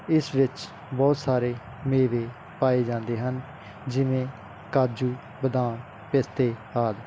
ਇਸ ਵਿੱਚ ਬਹੁਤ ਸਾਰੇ ਮੇਵੇ ਪਾਏ ਜਾਂਦੇ ਹਨ ਜਿਵੇਂ ਕਾਜੂ ਬਦਾਮ ਪਿਸਤੇ ਆਦਿ